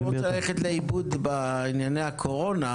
אני לא רוצה ללכת לאיבוד בענייני הקורונה;